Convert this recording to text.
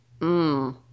Mmm